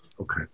Okay